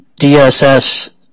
DSS